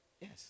Yes